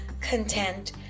content